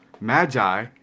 magi